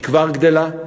היא כבר גדלה,